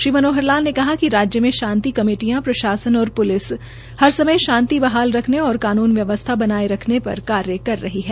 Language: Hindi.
श्रीमनोहर लाल ने कहा कि राज्य में शांति कमेटियों प्रशासन और प्लिस हर समय शांति बहाल रखने और कानून व्यवसथा बनाये रखने पर कार्य कर रही है